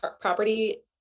property